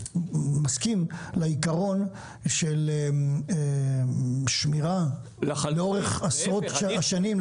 שאתה מסכים לעיקרון של שמירה לאורך עשרות השנים,